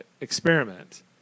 experiment